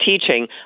teaching